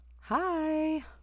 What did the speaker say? Hi